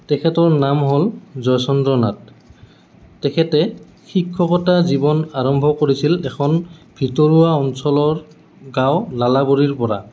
তেখেতৰ নাম হ'ল জয়চন্দ্ৰ নাথ তেখেতে শিক্ষকতা জীৱন আৰম্ভ কৰিছিল এখন ভিতৰুৱা অঞ্চলৰ গাঁও লালাবৰীৰপৰা